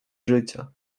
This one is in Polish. życia